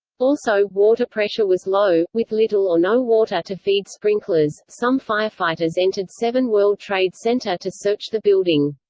also, water pressure was low, with little or no water to feed sprinklers some firefighters entered seven world trade center to search the building.